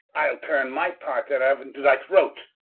ile turne my part thereof into thy throat